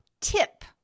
Tip